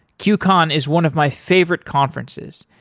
qcon is one of my favorite conferences.